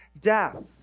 death